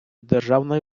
державної